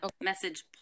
message